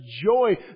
joy